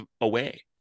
away